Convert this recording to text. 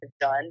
done